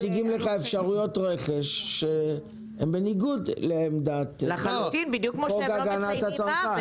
שעסקים מציגים לך אפשרויות רכש שהן בניגוד לחוק הגנת הצרכן.